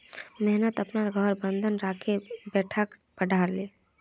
मोहन अपनार घर बंधक राखे बेटाक पढ़ाले